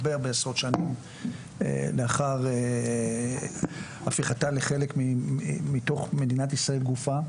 הרבה הרבה עשרות שנים לאחר הפיכתה לחלק מתוך מדינת ישראל גופה.